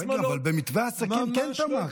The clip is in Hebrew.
רגע, אבל במתווה העסקים כן תמכתם.